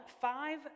five